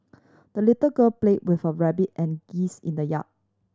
the little girl played with her rabbit and geese in the yard